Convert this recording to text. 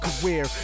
career